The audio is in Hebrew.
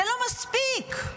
לא מספיקים